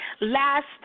last